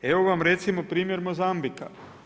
Evo vam recimo primjer Mozambika.